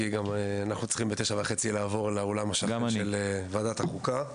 כי אנחנו צריכים בשעה 09:30 לעבור לאולם של ועדת חוקה.